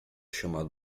chamado